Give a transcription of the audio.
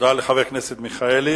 תודה לחבר הכנסת מיכאלי.